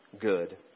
good